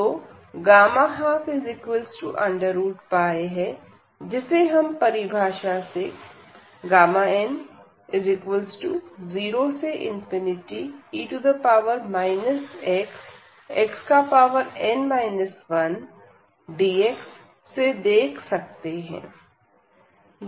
तो 12 है जिसे हम परिभाषा n0e xxn 1dx से देख सकते हैं